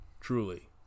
Truly